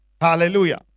Hallelujah